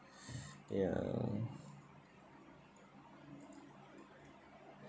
ya